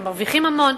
והם מרוויחים המון,